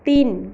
তিন